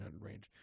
range